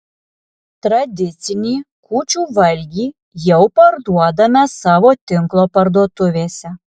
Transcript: tradicinį kūčių valgį jau parduodame savo tinklo parduotuvėse